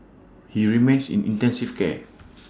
he remains in intensive care